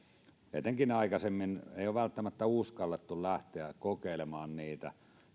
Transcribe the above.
etenkään aikaisemmin ei ole välttämättä uskallettu lähteä kokeilemaan niitä